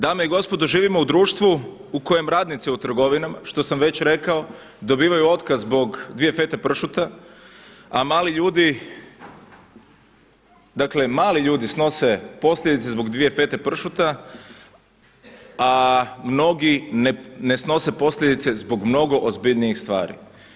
Dame i gospodo, živimo u društvu u kojem radnici u trgovinama što sam već rekao dobivaju otkaz zbog dvije fete pršuta a mali ljudi, dakle mali ljudi snose posljedice zbog dvije fete pršuta a mnogi ne snose posljedice zbog mnogo ozbiljnijih stvari.